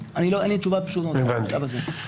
הבנתי.